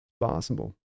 Possible